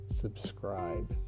subscribe